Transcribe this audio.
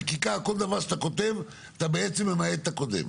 בחקיקה כל דבר שאתה כותב, אתה בעצם ממעט את הקודם.